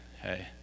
hey